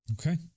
Okay